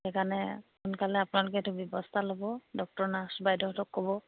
সেইকাৰণে সোনকালে আপোনালোক এইটো ব্যৱস্থা ল'ব ডক্তৰ নাৰ্ছ বাইদেউহঁতক ক'ব